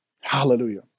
Hallelujah